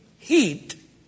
heat